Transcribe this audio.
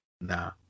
Nah